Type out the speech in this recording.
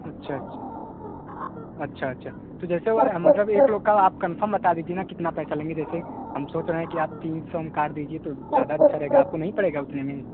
अच्छा अच्छा अच्छा अच्छा तो जैसे वो मतलब एक लोग का आप एक लोग कंफर्म बता दीजिए कि कितना पैसा लगेगा जैसे हम सोच रहे हैं कि तीन सौ में काट दीजिए तो ज़्यादा अच्छा रहेगा आपको नहीं पड़ेगा उतने में